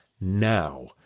now